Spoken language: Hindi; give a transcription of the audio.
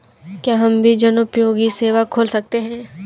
क्या हम भी जनोपयोगी सेवा खोल सकते हैं?